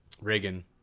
Reagan